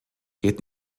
geht